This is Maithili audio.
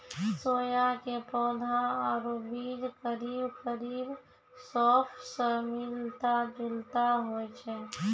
सोया के पौधा आरो बीज करीब करीब सौंफ स मिलता जुलता होय छै